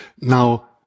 Now